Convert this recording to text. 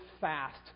fast